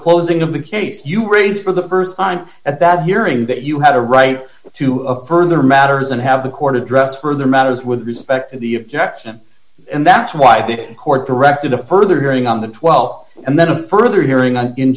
closing of the case you raise for the st time at that hearing that you had a right to further matters and have the court address further matters with respect to the of jetsam and that's why the court directed a further hearing on the th and then a further hearing on in